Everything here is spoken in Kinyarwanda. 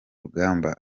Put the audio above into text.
rugamba